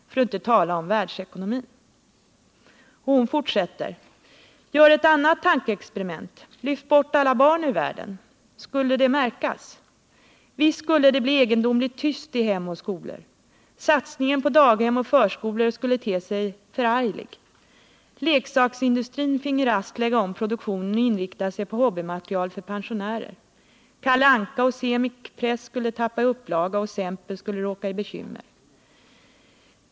För att inte tala om världsekonomin.” Hon fortsätter: ”Gör ett annat tankeexperiment: Lyft bort alla barn ur världen! Skulle det märkas? Visst skulle det bli egendomligt tyst i hem och skolor. Satsningen på daghem och förskolor skulle te sig förarglig. Leksaksindustrin finge raskt lägga om produktionen och inrikta sig på hobbymaterial för pensionärer. Kalle Anka och Semic Press skulle tappa upplaga och Semper och B. Wahlström råka i bekymmer.